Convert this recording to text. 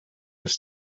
nes